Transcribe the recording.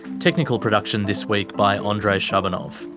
technical production this week by andrei shabunov,